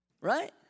Right